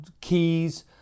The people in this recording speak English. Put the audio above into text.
keys